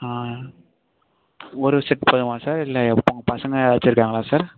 ஆ ஒரு செட் போதுமா சார் இல்லை உங்கள் பசங்கள் வச்சுருக்காங்களா சார்